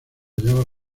hallaba